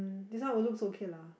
um this one would looks okay lah